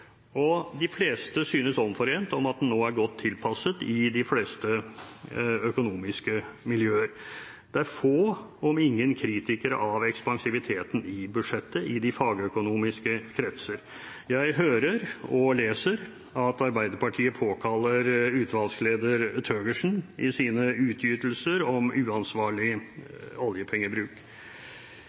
Og de fleste synes omforent om at den nå er godt tilpasset i de fleste økonomiske miljøer. Det er få, om noen, kritikere av ekspansiviteten i budsjettet i de fagøkonomiske kretser. Jeg hører – og leser – at Arbeiderpartiet påkaller utvalgsleder Thøgersen i sine utgytelser om uansvarlig oljepengebruk.